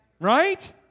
Right